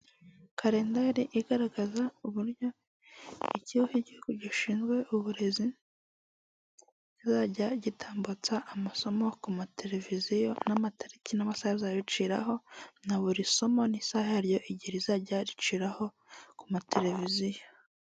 Kalendari igaragaza uburyo ikigo cy'igihugu gishinzwe uburezi kizajya gitambutsa amasomo ku mateleviziyo n'amatariki n'amasaha bizajya biciraho na bur'isomo n'isaha yaryo igihe rizajya riciraho ku mateleviziyo.